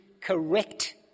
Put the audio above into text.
correct